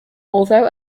although